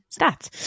stats